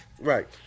Right